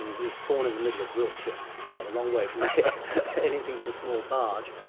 he was born in the middle of wiltshire, a long way from anything but a small barge,